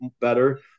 better